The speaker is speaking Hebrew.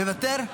מוותר,